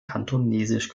kantonesisch